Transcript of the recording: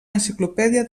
enciclopèdia